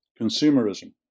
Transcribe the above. consumerism